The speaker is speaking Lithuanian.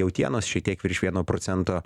jautienos šiek tiek virš vieno procento